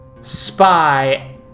spy